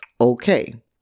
okay